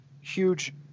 huge